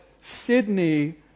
Sydney